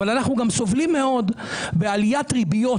אבל אנחנו גם סובלים מאוד מעליית ריביות,